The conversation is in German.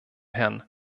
herrn